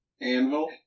anvil